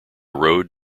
road